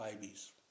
babies